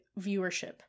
viewership